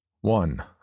One